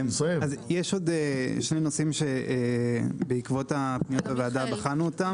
יש עוד שני נושאים שבעקבות פניית הוועדה בחנו אותן.